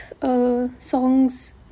songs